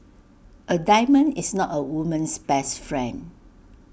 A diamond is not A woman's best friend